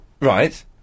Right